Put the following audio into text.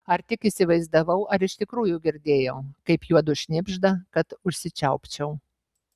ar tik įsivaizdavau ar iš tikrųjų girdėjau kaip juodu šnibžda kad užsičiaupčiau